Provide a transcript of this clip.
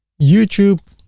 youtube.